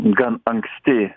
gan anksti